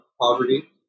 poverty